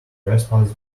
trespass